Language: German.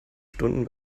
stunden